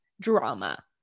drama